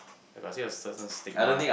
eh but still got certain stigma